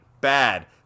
Bad